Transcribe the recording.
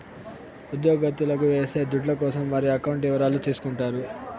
ఉద్యోగత్తులకు ఏసే దుడ్ల కోసం వారి అకౌంట్ ఇవరాలు తీసుకుంటారు